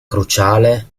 cruciale